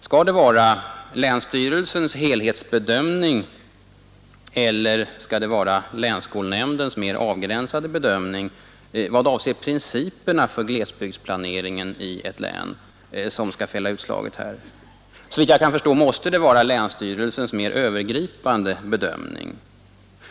Skall det vara länsstyrelsens helhetsbedömning eller skall det vara länsskolnämndens mer avgränsade bedömning vad avser principerna för glesbygdsplaneringen i ett län som skall fälla utslaget? Såvitt jag kan förstå måste det vara länsstyrelsens mer övergripande bedömning.